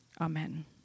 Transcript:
Amen